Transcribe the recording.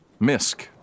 Misk